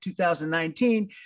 2019